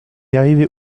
arrivait